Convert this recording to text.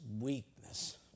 weakness